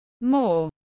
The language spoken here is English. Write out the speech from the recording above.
more